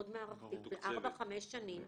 מאוד מערכתית בארבע-חמש שנים.